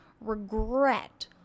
regret